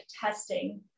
testing